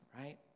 right